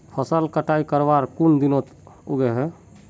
फसल कटाई करवार कुन दिनोत उगैहे?